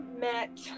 met